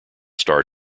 star